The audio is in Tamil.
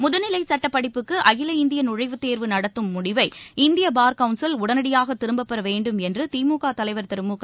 முதுநிலை சட்டப் படிப்புக்கு அகில இந்திய நுழைவுத் தேர்வு நடத்தும் முடிவை இந்திய பார் கவுன்சில் உடனடியாக திரும்பப் பெற வேண்டும் என்று திமுக தலைவர் திரு முக